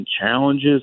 challenges